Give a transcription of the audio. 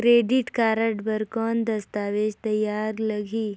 Credit card बर कौन दस्तावेज तैयार लगही?